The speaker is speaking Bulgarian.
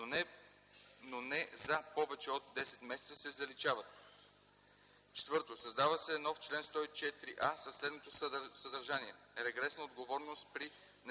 „но не за повече от 10 месеца” се заличават. 4. Създава се нов чл. 104а със следното съдържание: „Регресна отговорност при незаконно